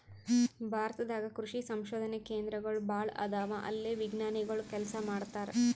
ಭಾರತ ದಾಗ್ ಕೃಷಿ ಸಂಶೋಧನೆ ಕೇಂದ್ರಗೋಳ್ ಭಾಳ್ ಅದಾವ ಅಲ್ಲೇ ವಿಜ್ಞಾನಿಗೊಳ್ ಕೆಲಸ ಮಾಡ್ತಾರ್